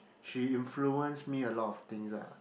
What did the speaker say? she influence me a lot of things ah